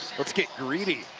let's get greedy.